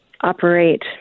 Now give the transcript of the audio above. operate